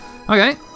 Okay